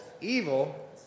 evil